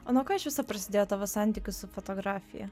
o nuo ko iš viso prasidėjo tavo santykis su fotografija